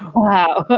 wow.